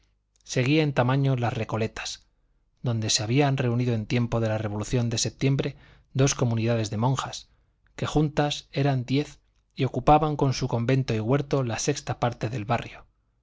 seguía en tamaño las recoletas donde se habían reunido en tiempo de la revolución de septiembre dos comunidades de monjas que juntas eran diez y ocupaban con su convento y huerto la sexta parte del barrio